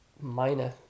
minor